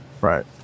Right